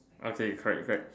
okay correct correct